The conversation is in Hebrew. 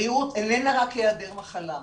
בריאות איננה רק היעדר מחלה,